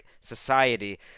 society